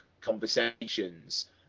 conversations